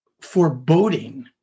foreboding